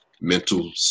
mental